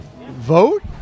vote